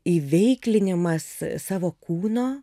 įveiklinimas savo kūno